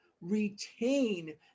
retain